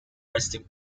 resting